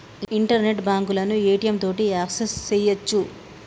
internet బాంకులను ATM తోటి access సెయ్యొచ్చు